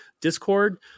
discord